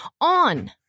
on